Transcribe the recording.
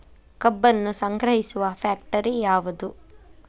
ಕಬ್ಬನ್ನು ಸಂಗ್ರಹಿಸುವ ಫ್ಯಾಕ್ಟರಿ ಯಾವದು?